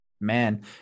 Man